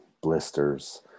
blisters